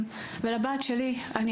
אני כאמא מרגישה חסרת אונים כל כך מול הבת שלי.